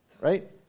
right